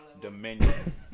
dominion